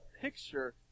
picture